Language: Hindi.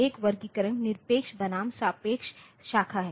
एक वर्गीकरण निरपेक्ष बनाम सापेक्ष शाखा है